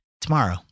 Tomorrow